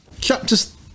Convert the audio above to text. chapters